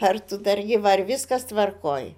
ar tu dar gyva ar viskas tvarkoj